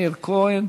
מאיר כהן,